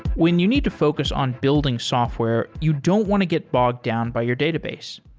when you need to focus on building software, you don't want to get bogged down by your database.